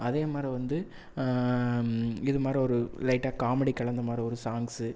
அதேமாதிரி வந்து இதுமாதிரி ஒரு லைட்டாக காமெடி கலந்தமாதிரி ஒரு சாங்ஸு